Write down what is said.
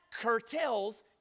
curtails